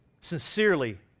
Sincerely